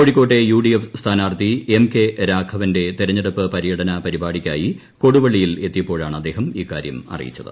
കോഴിക്കോട്ടെ U D F സ്ഥാനാർഥി M K രാഘവന്റെ തെരഞ്ഞെടുപ്പ് പര്യടനപരിപാടിക്കായി കൊടുവള്ളിയിൽ എത്തിയപ്പോഴാണ് അദ്ദേഹം ഇക്കാര്യം അറിയിച്ചത്